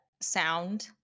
sound